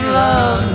love